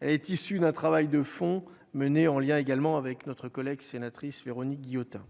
santé est issu d'un travail de fond menée en lien également avec notre collègue sénatrice Véronique Guillotin,